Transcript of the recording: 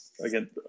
Again